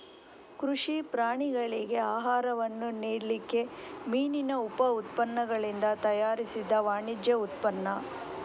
ಕೃಷಿ ಪ್ರಾಣಿಗಳಿಗೆ ಆಹಾರವನ್ನ ನೀಡ್ಲಿಕ್ಕೆ ಮೀನಿನ ಉಪ ಉತ್ಪನ್ನಗಳಿಂದ ತಯಾರಿಸಿದ ವಾಣಿಜ್ಯ ಉತ್ಪನ್ನ